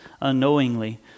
unknowingly